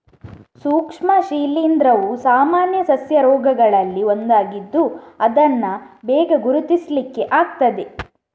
ಸೂಕ್ಷ್ಮ ಶಿಲೀಂಧ್ರವು ಸಾಮಾನ್ಯ ಸಸ್ಯ ರೋಗಗಳಲ್ಲಿ ಒಂದಾಗಿದ್ದು ಇದನ್ನ ಬೇಗ ಗುರುತಿಸ್ಲಿಕ್ಕೆ ಆಗ್ತದೆ